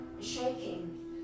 shaking